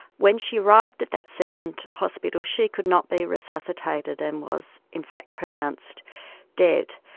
when she arrived at that second hospital she could not be resuscitated and was in fact pronounced dead.